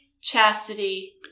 chastity